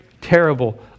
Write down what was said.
terrible